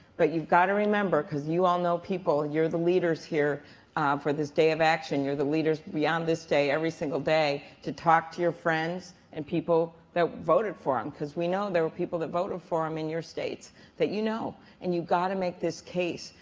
but you've got to remember, because you all know people, you're the leaders here for this day of action. you're the leaders beyond this day, every single day, to talk to your friends and people that voted for them. um because we know there were people that voted for them um in your states that you know and you got to make this case.